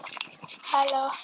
Hello